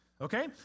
okay